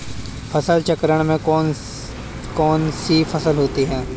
फसल चक्रण में कौन कौन सी फसलें होती हैं?